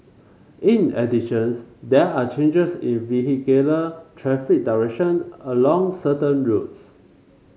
in additions there are changes in vehicular traffic direction along certain roads